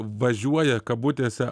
važiuoja kabutėse